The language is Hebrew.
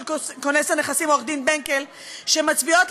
כונס הנכסים עורך-הדין בנקל שמצביעות,